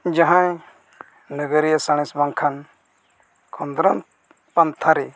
ᱡᱟᱦᱟᱸᱭ ᱱᱟᱜᱟᱨᱤᱭᱟᱹ ᱥᱟᱬᱮᱥ ᱵᱟᱝᱠᱷᱟᱱ ᱠᱷᱚᱸᱫᱽᱨᱚᱱ ᱯᱟᱱᱛᱷᱟ ᱨᱮ